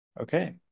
Okay